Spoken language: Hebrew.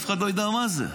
אף אחד לא ידע מה זה.